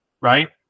right